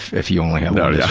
if you only have yeah